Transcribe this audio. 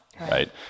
right